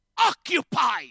occupy